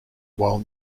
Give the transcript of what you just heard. while